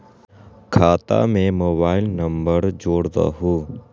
खाता में mobile number जोड़ दहु?